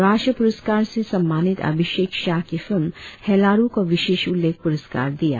राष्ट्रीय पुरस्कार से सम्मानित अभिषेक शाह की फिल्म हेलारु को विशेष उल्लेख पुरस्कार मिला